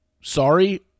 sorry